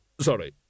Sorry